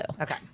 Okay